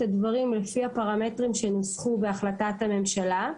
הדברים על פי הפרמטרים שנוסחו בהחלטת הממשלה.